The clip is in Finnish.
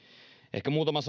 ehkä muutama